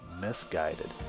misguided